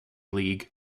league